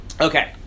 Okay